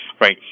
Right